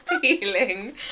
feeling